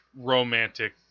romantic